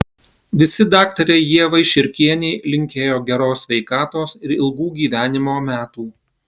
visi daktarei ievai širkienei linkėjo geros sveikatos ir ilgų gyvenimo metų